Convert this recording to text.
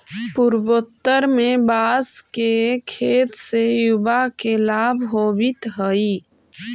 पूर्वोत्तर में बाँस के खेत से युवा के लाभ होवित हइ